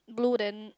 blue then